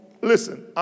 listen